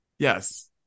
Yes